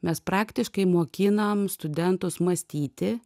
mes praktiškai mokinam studentus mąstyti